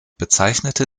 bezeichnete